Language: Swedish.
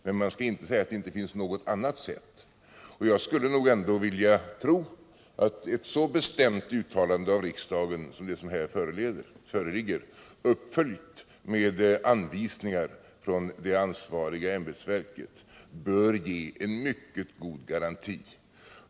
Men man skall inte säga att det inte finns något annat sätt, och jag skulle nog ändå vilja tro att ett så bestämt uttalande av riksdagen som det som här föreligger, uppföljt med anvisningar från det ansvariga ämbetsverket, bör ge en mycket god garanti.